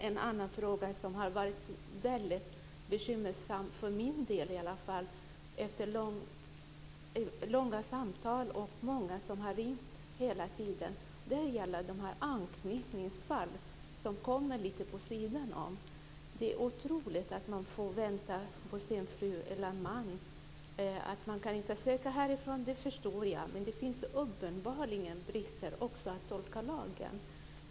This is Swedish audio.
En annan fråga som har varit väldigt bekymmersam för min del och som jag har haft många samtal om gäller de anknytningsfall som kommer lite på sidan om. Det är otroligt att man får vänta på sin fru eller man. Att man inte kan söka härifrån, förstår jag. Men det finns uppenbarligen brister också när det gäller att tolka lagen.